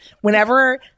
whenever